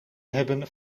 hebben